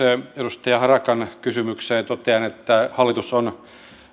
edustaja harakan kysymykseen totean että hallitus on